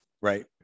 right